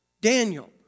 Daniel